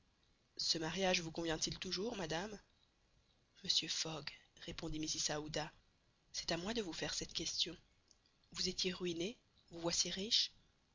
ce mariage vous convient-il toujours madame monsieur fogg répondit mrs aouda c'est à moi de vous faire cette question vous étiez ruiné vous voici riche